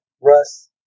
Russ